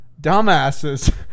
Dumbasses